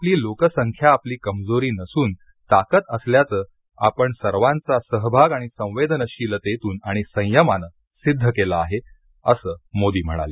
आपली लोकसंख्या आपली कमजोरी नसून ताकत असल्याचं आपण सर्वांचा सहभाग आणि संवेदनशीलतेतून आणि संयमाने सिद्ध केलं आहे असं ते म्हणाले